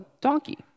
donkey